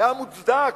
היה מוצדק,